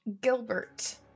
Gilbert